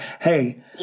Hey